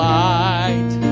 light